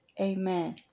Amen